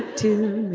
to